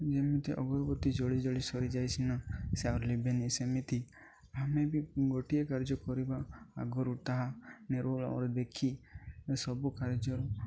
ଯେମିତି ଅଗରବତୀ ଜଳି ଜଳି ସରିଯାଏସିିନା ସେ ଆହୁରି ଲିିଭେନି ସେମିତି ଆମେ ବି ଗୋଟିଏ କାର୍ଯ୍ୟ କରିବା ଆଗରୁ ତାହା ନିରୋଳ ଅର୍ ଦେଖି ସବୁ କାର୍ଯ୍ୟରୁ